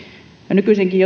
nykyisinkin